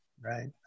Right